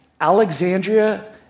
Alexandria